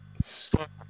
Stop